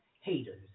haters